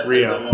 Rio